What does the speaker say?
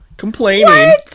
complaining